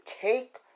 take